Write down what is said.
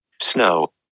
snow